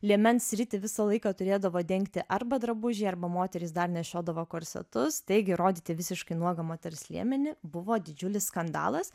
liemens sritį visą laiką turėdavo dengti arba drabužiai arba moterys dar nešiodavo korsetus taigi rodyti visiškai nuogą moters liemenį buvo didžiulis skandalas